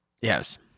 Yes